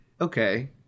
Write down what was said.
okay